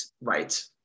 right